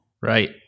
right